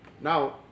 Now